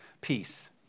peace